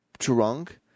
drunk